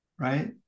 right